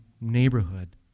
neighborhood